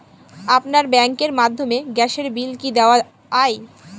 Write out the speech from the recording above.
আপনার ব্যাংকের মাধ্যমে গ্যাসের বিল কি দেওয়া য়ায়?